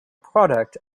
product